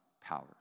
power